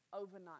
overnight